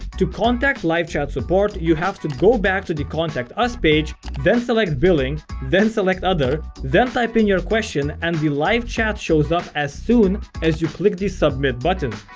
to contact live chat support you have to go back to the contact us page then select billing then select other then type in your question and the live chat shows up as soon as you click the submit button.